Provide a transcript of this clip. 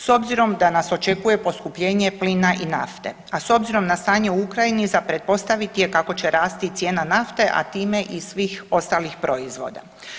S obzirom da nas očekuje poskupljenje plina i nafte, a s obzirom na stanje u Ukrajini za pretpostaviti je kako će rasti i cijena nafte, a time i svih ostalih proizvoda.